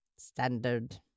Standard